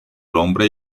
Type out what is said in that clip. hombre